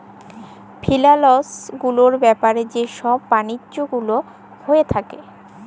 ফিলালস গুলার ব্যাপারে যে ছব বালিজ্য গুলা হঁয়ে থ্যাকে